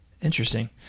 interesting